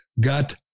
got